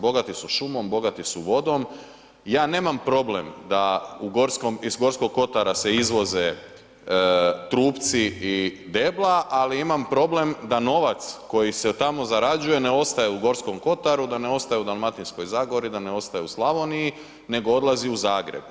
Bogati su šumom, bogati su vodom, ja nemam problem da iz Gorskog kotara se izvoze trupci i debla, ali imam problem da novac koji se od tamo zarađuje ne ostaje u Gorskom kotaru, da ne ostaje u Dalmatinskoj zagori, da ne ostaje u Slavoniji, nego odlazi u Zagreb.